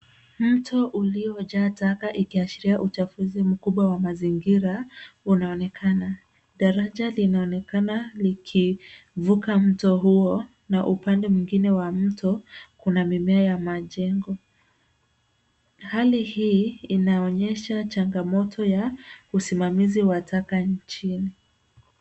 Mto uliojaa taka ikiashiria uchafuzi mkubwa wa mazingira unaonekana. Daraja linaonekana likivuka mto huo. Na upande mwingine wa mto, kuna mimea na majengo. Hali hii inaonyesha changamoto ya usimamizi wa taka nchini.